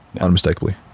unmistakably